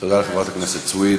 תודה לחברת הכנסת סויד.